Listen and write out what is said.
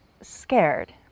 scared